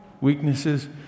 weaknesses